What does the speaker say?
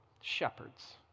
shepherds